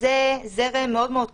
שזה זרם מאוד מאוד קטן.